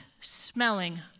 smelling